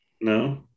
No